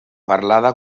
parlada